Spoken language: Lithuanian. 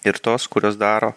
ir tos kurios daro